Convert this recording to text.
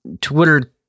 Twitter